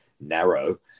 narrow